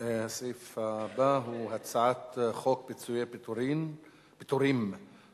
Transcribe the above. הסעיף הבא הוא הצעת חוק פיצויי פיטורים (תיקון